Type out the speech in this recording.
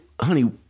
honey